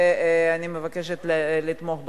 ואני מבקשת לתמוך בחוק.